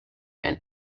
and